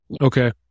Okay